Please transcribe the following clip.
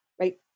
right